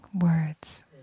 words